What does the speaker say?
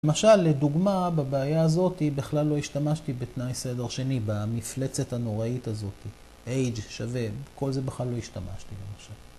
‫למשל, לדוגמה, בבעיה הזאתי ‫בכלל לא השתמשתי בתנאי סדר שני, ‫במפלצת הנוראית הזאתי. ‫h שווה, ‫כל זה בכלל לא השתמשתי גם עכשיו.